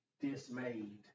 dismayed